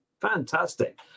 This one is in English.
fantastic